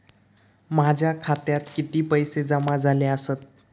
माझ्या खात्यात किती पैसे जमा झाले आसत?